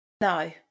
no